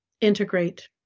Integrate